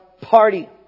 party